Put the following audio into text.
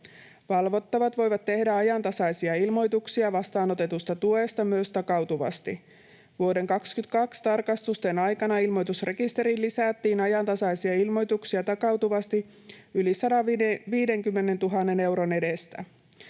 Valvottavat voivat tehdä ajantasaisia ilmoituksia vastaanotetusta tuesta myös takautuvasti. Vuoden 22 tarkastusten aikana ilmoitusrekisteriin lisättiin ajantasaisia ilmoituksia takautuvasti yli 150 000 euron edestä.